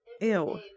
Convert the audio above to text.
Ew